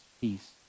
peace